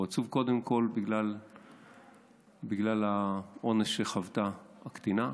הוא עצוב קודם בגלל האונס שחוותה הקטינה.